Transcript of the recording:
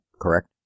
correct